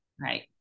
Right